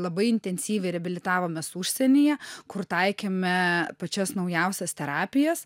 labai intensyviai reabilitavomės užsienyje kur taikėme pačias naujausias terapijas